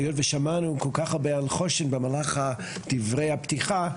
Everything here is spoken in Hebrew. היות ששמענו כל כך הרבה על חוש"ן במהלך דברי הפתיחה,